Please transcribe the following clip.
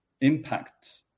impact